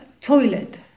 toilet